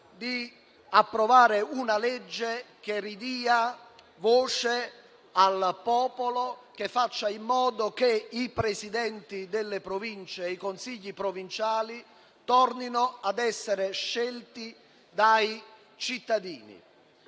ad approvare una legge che ridia voce al popolo e faccia in modo che i Presidenti delle Province e i consigli provinciali tornino a essere scelti dai cittadini.